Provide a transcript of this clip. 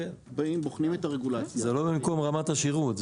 בוחנים את הרגולציה -- זה לא במקום רמת השירות,